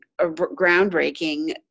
groundbreaking